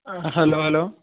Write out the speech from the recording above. hello hello